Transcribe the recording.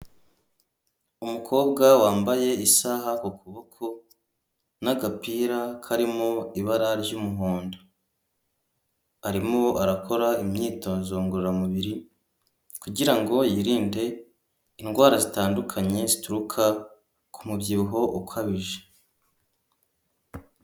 Umukobwa wambaye isaha ku kuboko n'agapira karimo ibara ry'umuhondo, arimo arakora imyitozo ngororamubiri kugirango yirinde indwara zitandukanye zituruka ku mubyibuho ukabije.